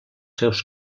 seus